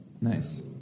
Nice